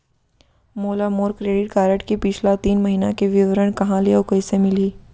मोला मोर credit card के पिछला तीन महीना के विवरण कहाँ ले अऊ कइसे मिलही?